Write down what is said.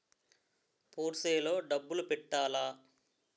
Purse లో డబ్బులు పెట్టలా?